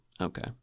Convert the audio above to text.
okay